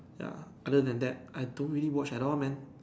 ya other than that I don't really watch at all man